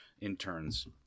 interns